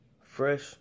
fresh